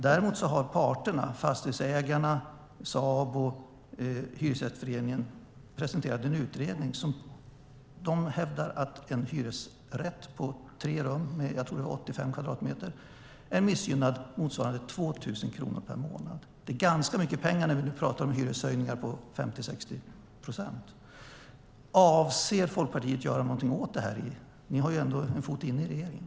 Däremot har parterna - Fastighetsägarna, Sabo och Hyresgästföreningen - presenterat en utredning. De hävdar att en hyresrätt på tre rum - jag tror att den var på 85 kvadratmeter - är missgynnad motsvarande 2 000 kronor per månad. Det är ganska mycket pengar när vi nu pratar om hyreshöjningar på 50-60 procent. Avser Folkpartiet att göra någonting åt det här? Ni har ju ändå en fot inne i regeringen.